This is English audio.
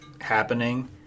happening